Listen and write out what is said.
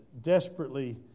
desperately